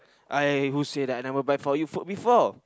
I who say that I never buy for you food before